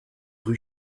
rue